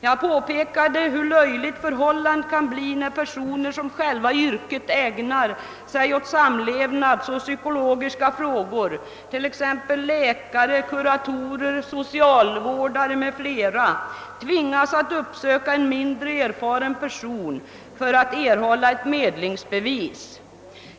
Jag påpekade hur löjligt förhållandet kan vara, när personer som själva i yrket ägnar sig åt samlevnadsoch psykologiska frågor, t.ex. läkare, kuratorer, socialvårdare m.fl., tvingas att uppsöka en mindre erfaren person för att erhålla medlingsbevis.